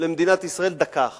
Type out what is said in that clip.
למדינת ישראל דקה אחת.